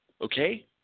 okay